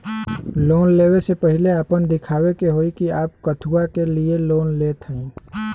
Loan ले वे से पहिले आपन दिखावे के होई कि आप कथुआ के लिए लोन लेत हईन?